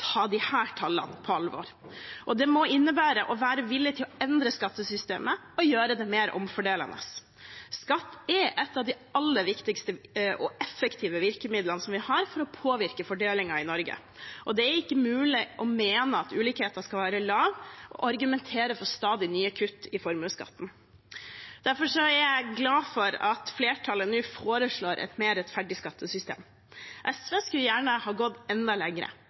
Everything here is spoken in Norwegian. tallene på alvor, og det må innebære å være villig til å endre skattesystemet og gjøre det mer omfordelende. Skatt er et av de aller viktigste og mest effektive virkemidlene vi har for å påvirke fordelingen i Norge, og det er ikke mulig å mene at ulikheten skal være lav og argumentere for stadig nye kutt i formuesskatten. Derfor er jeg glad for at flertallet nå foreslår et mer rettferdig skattesystem. SV skulle gjerne ha gått enda